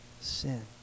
sin